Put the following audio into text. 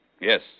Yes